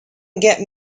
get